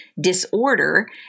disorder